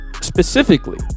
specifically